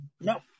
no